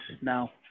now